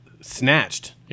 snatched